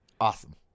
Awesome